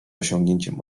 osiągnięciem